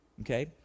Okay